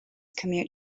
commute